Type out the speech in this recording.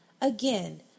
Again